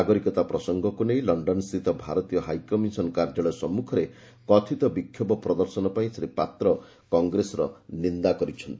ନାଗରିକତା ପ୍ରସଙ୍ଗକୁ ନେଇ ଲଣ୍ଡନସ୍ଥିତ ଭାରତୀୟ ହାଇକମିଶନ କାର୍ଯ୍ୟାଳୟ ସମ୍ମୁଖରେ କଥିତ ବିକ୍ଷୋଭ ପ୍ରଦର୍ଶନ ପାଇଁ ଶ୍ରୀ ପାତ୍ର କଂଗ୍ରେସର ନିନ୍ଦା କରିଛନ୍ତି